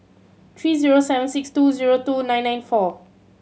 three zero seven six two zero two nine nine four